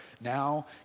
now